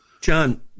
john